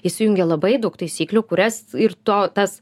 įsijungia labai daug taisyklių kurias ir to tas